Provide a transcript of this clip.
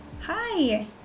Hi